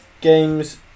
games